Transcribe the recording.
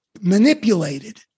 manipulated